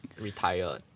retired